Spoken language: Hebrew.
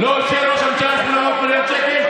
לא אישר ראש הממשלה 800 מיליון שקל?